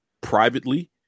privately